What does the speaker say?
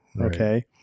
Okay